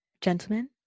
gentlemen